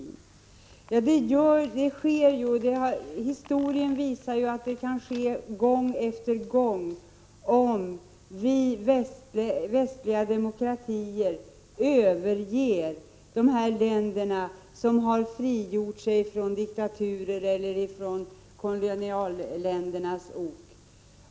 Historien visar att det kan ske gång efter gång, om vi västliga demokratier överger de länder som har frigjort sig från diktaturer eller kolonialmakters ok.